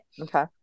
Okay